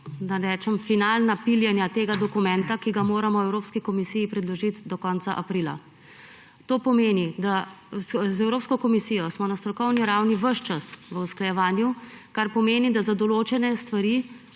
finalna piljenja tega dokumenta, ki ga moramo Evropski komisiji predložit do konca aprila. To pomeni, da smo z Evropsko komisijo na strokovni ravni ves čas v usklajevanju, kar pomeni, da za določene stvari